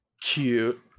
Cute